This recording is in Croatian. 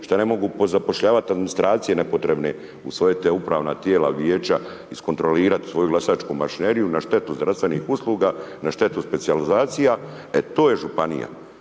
što ne mogu pozapošljavati administracije nepotrebne u svoja ta upravna tijela, vijeća, iskontrolirat svoju glasačku mašineriju na štetu zdravstvenih usluga, na štetu specijalizacija, e to je županija.